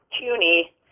CUNY